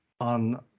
on